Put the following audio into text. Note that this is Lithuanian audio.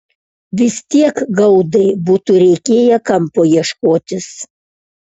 vis tiek gaudai būtų reikėję kampo ieškotis